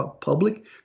public